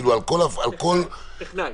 טכנאי.